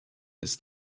ist